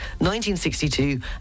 1962